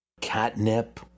catnip